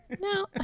No